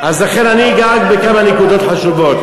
אז לכן אני אגע רק בכמה נקודות חשובות.